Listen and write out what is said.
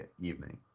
evening